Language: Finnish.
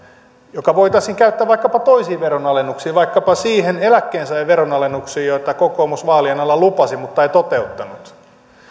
joka voitaisiin käyttää vaikkapa toisiin veronalennuksiin vaikkapa siihen eläkkeensaajien veronalennukseen jonka kokoomus vaalien alla lupasi mutta jota ei toteuttanut